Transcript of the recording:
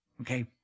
okay